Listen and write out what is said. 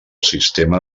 sistema